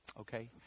okay